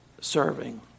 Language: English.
serving